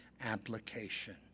application